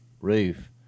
roof